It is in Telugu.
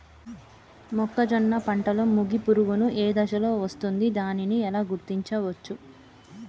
మొక్కజొన్న పంటలో మొగి పురుగు ఏ దశలో వస్తుంది? దానిని ఎలా గుర్తించవచ్చు?